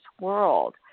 world